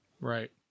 right